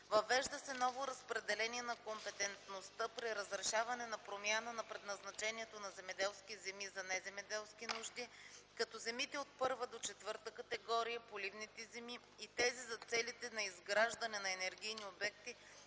Въвежда се ново разпределение на компетентността при разрешаване на промяна на предназначението на земеделски земи за неземеделски нужди, като земите от първа до четвърта категория, поливните земи и тези за целите на изграждане на енергийни обекти